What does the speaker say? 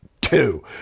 two